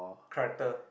character